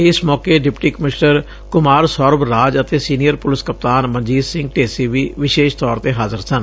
ਇਸ ਮੌਕੇ deputy commissioner Kumar Saurabh Raj ਅਤੇ ਸੀਨੀਅਰ ਪੁਲਿਸ ਕਪਤਾਨ ਮਨਜੀਤ ਸਿੰਘ ਢੇਸੀ ਵੀ ਵਿਸ਼ੇਸ਼ ਤੌਰ ਤੇ ਹਾਜ਼ਰ ਸਨ